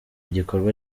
gikorwa